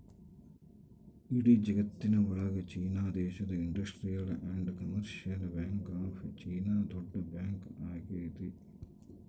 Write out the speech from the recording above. ಇಡೀ ಜಗತ್ತಿನ ಒಳಗ ಚೀನಾ ದೇಶದ industrial and commercial bank of China ದೊಡ್ಡ ಬ್ಯಾಂಕ್ ಆಗೈತೆ